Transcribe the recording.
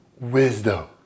Wisdom